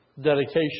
dedication